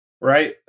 Right